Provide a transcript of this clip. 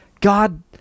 God